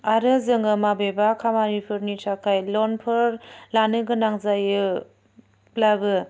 आरो जोङो माबेबा खामानिफोरनि थाखाय लनफोर लानो गोनां जायोब्लाबो